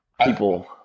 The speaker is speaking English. people